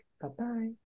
bye-bye